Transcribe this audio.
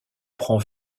prend